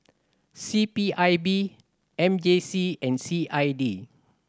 C P I B M J C and C I D